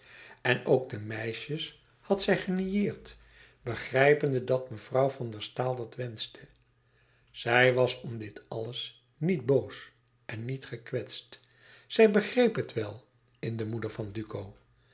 en ook de meisjes had zij genieerd begrijpende dat mevrouw van der staal dat wenschte zij was om dit alles niet boos en niet gekwetst zij begreep het wel in de moeder van duco